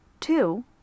Two